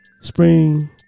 Spring